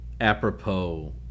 apropos